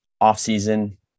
off-season